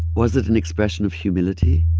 was it an expression of humility?